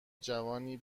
جوانی